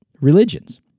religions